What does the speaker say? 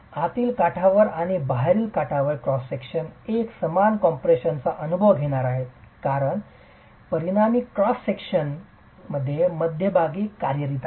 आतील काठावर आणि बाहेरील काठावर क्रॉस सेक्शन एकसमान कॉम्प्रेशननाचा अनुभव घेणार आहे कारण परिणामी क्रॉस विभागाच्या मध्यभागी कार्य करीत आहे